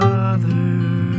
Father